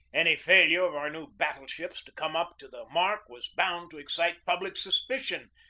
any failure of our new battle-ships to come up to the mark was bound to excite public suspicion,